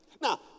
Now